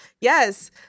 yes